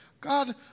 God